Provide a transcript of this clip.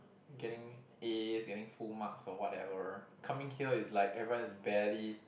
getting A getting full marks or whatever coming here is like every one is badly